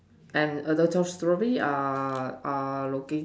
I am how many strawberries are are looking